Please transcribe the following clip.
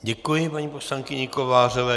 Děkuji paní poslankyni Kovářové.